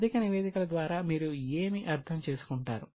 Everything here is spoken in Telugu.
ఆర్థిక నివేదికల ద్వారా మీరు ఏమి అర్థం చేసుకుంటారు